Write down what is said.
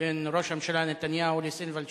בין ראש הממשלה נתניהו לסילבן שלום,